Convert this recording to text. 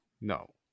No